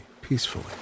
peacefully